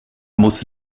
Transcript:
muss